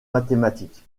mathématique